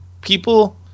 people